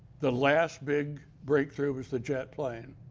the last big break through was the jet plane.